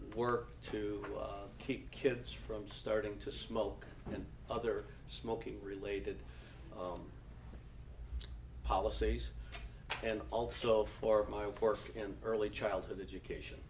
work to keep kids from starting to smoke and other smoking related policies and also for my report and early childhood education